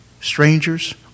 strangers